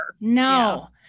No